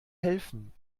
helfen